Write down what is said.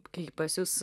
kai pas jus